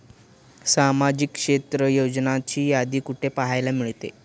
सामाजिक क्षेत्र योजनांची यादी कुठे पाहायला मिळेल?